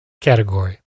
category